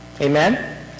Amen